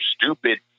stupid